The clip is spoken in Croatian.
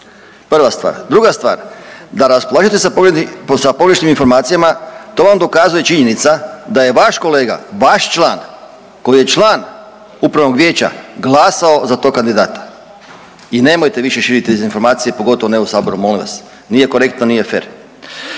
Prva stvar. Druga stvar, da raspolažete sa pogrešnim informacijama to vam dokazuje činjenica da je vaš kolega, vaš član koji je član Upravnog vijeća glasao za tog kandidata i nemojte više širiti dezinformacije, pogotovo ne u Saboru molim vas. Nije korektno, nije fer.